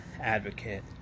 Advocate